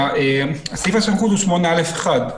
סעיף הסמכות הוא 8א (1).